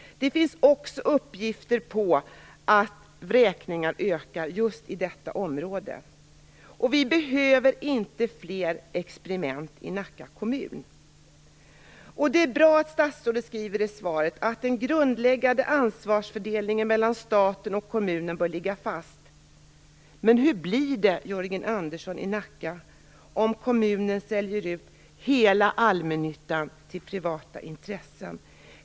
Det finns också uppgifter om att vräkningar ökar just i detta område. Vi behöver inte fler experiment i Nacka kommun. Det är bra att statsrådet skriver i svaret att den grundläggande ansvarsfördelningen mellan staten och kommunen bör ligga fast. Men hur det blir det i Nacka, Jörgen Andersson, om kommunen säljer ut hela allmännyttan till privata intressen?